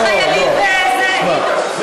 גם חיילים בדואים,